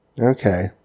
Okay